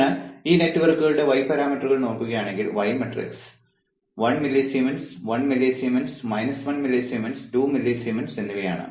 അതിനാൽ ഈ നെറ്റ്വർക്കുകളുടെ y പാരാമീറ്ററുകൾ നോക്കുകയാണെങ്കിൽ y matrix 1 millisiemens 1 millisiemens 1 millisiemens 2 millisiemens എന്നിവയാണ്